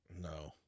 no